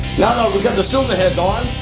now we've got the cylinder heads on,